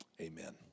amen